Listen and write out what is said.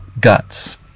guts